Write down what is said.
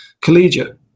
collegiate